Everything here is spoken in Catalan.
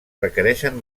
requereixen